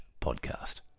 podcast